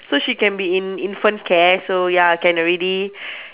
so she can be in infant care so ya can already